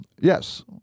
Yes